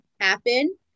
happen